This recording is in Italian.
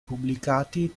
pubblicati